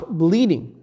bleeding